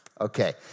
Okay